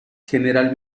gral